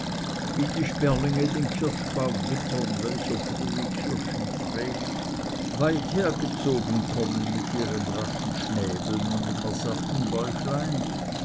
wie die sperlinge den kirschbaum wittern welcher frühe kirschen trägt weither gezogen kommen mit ihren raschen schnäbeln und nimmersatten